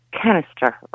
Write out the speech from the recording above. canister